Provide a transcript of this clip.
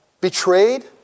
Betrayed